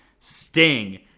Sting